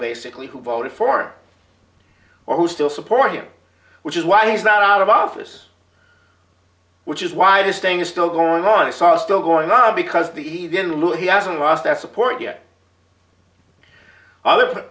basically who voted for or who still support him which is why he's not out of office which is why this thing is still going on i saw still going on because the even lou he hasn't lost that support yet other